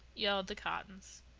yelled the cottons.